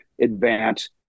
advance